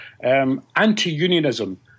anti-unionism